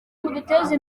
muduteze